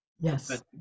Yes